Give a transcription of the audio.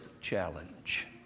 challenge